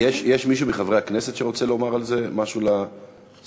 יש מישהו מחברי הכנסת שרוצה לומר על זה משהו לשרה,